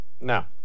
Now